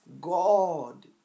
God